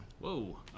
Whoa